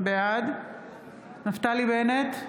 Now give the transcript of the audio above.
בעד נפתלי בנט,